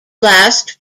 last